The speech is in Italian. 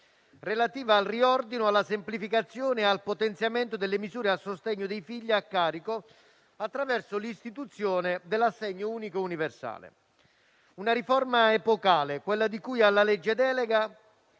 relativa al riordino, alla semplificazione e al potenziamento delle misure a sostegno dei figli a carico attraverso l'istituzione dell'assegno unico universale. È una riforma epocale, quella di cui alla legge delega,